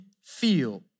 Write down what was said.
feel